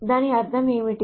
దాని అర్థం ఏమిటి